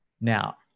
Now